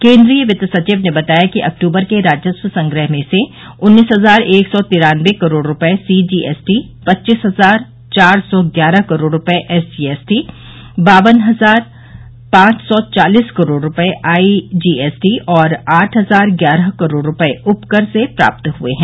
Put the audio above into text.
केन्द्रीय वित्त सचिव ने बताया कि अक्तूबर के राजस्व संग्रह में से उन्नीस हजार एक सौ तिरान्नबे करोड़ रुपये सीजीएसटी पच्चीस हजार चार सौ ग्यारह करोड़ रुपये एसजीएसटी बावन हजार पांच सौ चालिस करोड़ रुपये आईजीएसटी और आठ हजार ग्यारह करोड़ रुपये उपकर से प्राप्त हए हैं